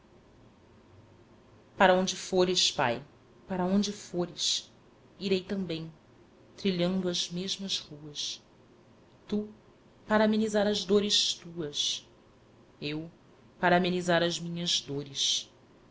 para onde fores pai para onde fores irei também trilhando as mesmas ruas tu para amenizar as dores tuas eu para amenizar as minhas dores